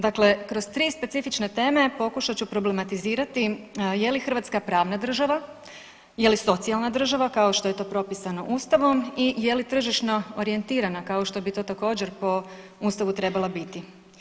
Dakle, kroz 3 specifične teme pokušat ću problematizirati je li Hrvatska pravna država, je li socijalna država kao što je to propisano Ustavom i je li tržišno orijentirana kao što bi to također po Ustavu trebala biti.